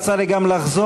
יצא לי גם לחזור,